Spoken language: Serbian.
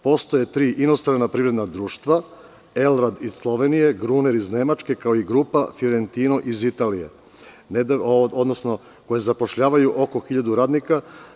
Postoje tri inostrana privredna društva: ELRAD iz Slovenije, „Gruner“ iz Nemačke i „Grupa Fjorentino“ iz Italije, koje zapošljavaju oko 1.000 radnika.